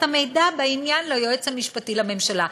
היום הוא צריך להעביר את המידע בעניין ליועץ המשפטי לממשלה.